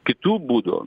kitų būdų